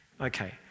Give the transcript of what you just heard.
Okay